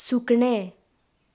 सुकणें